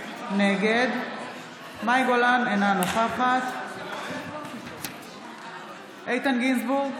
נגד מאי גולן, אינה נוכחת איתן גינזבורג,